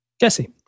Jesse